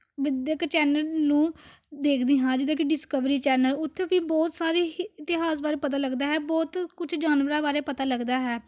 ਵਿੱਦਿਅਕ ਚੈਨਲ ਨੂੰ ਦੇਖਦੀ ਹਾਂ ਜਿੱਦਾਂ ਡਿਸਕਵਰੀ ਚੈਨਲ ਉੱਥੇ ਵੀ ਬਹੁਤ ਸਾਰੇ ਹੀ ਇਤਿਹਾਸ ਬਾਰੇ ਪਤਾ ਲੱਗਦਾ ਹੈ ਬਹੁਤ ਕੁਛ ਜਾਨਵਰਾਂ ਬਾਰੇ ਪਤਾ ਲੱਗਦਾ ਹੈ